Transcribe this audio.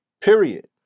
Period